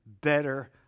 better